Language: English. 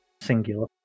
Singular